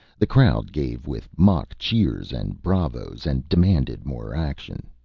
the crowd gave with mock cheers and bravos, and demanded more action.